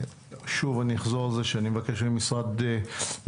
שוב אני אחזור על זה שאני מבקש ממשרד מבקר